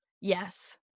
yes